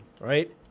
right